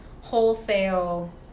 wholesale